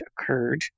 occurred